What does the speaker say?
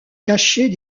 cachés